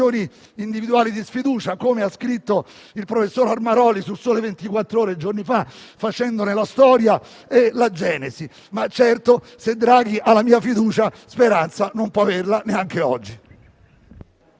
individuali di sfiducia, come ha scritto il professor Armaroli su «Il Sole 24 Ore» giorni fa, facendone la storia e la genesi. Ma certo, se Draghi ha la mia fiducia, Speranza non può averla neanche oggi.